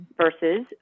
versus